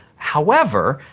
however,